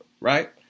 right